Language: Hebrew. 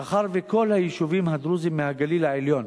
מאחר שכל תושבי היישובים הדרוזיים בגליל העליון